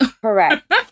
Correct